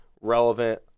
relevant